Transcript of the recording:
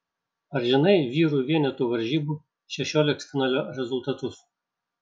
ar žinai vyrų vienetų varžybų šešioliktfinalio rezultatus